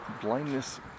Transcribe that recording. blindness